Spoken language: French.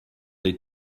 est